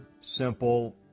simple